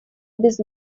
без